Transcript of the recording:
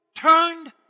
turned